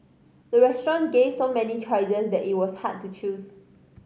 the restaurant gave so many choices that it was hard to choose